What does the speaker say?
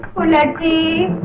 not be